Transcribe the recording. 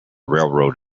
railroad